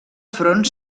front